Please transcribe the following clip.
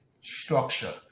structure